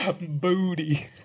booty